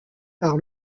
par